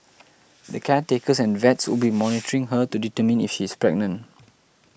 the caretakers and vets will be monitoring her to determine if she is pregnant